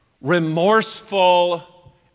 remorseful